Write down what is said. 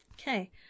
Okay